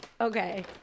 Okay